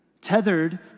tethered